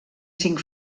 cinc